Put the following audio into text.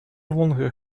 longer